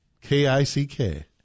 K-I-C-K